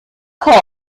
هات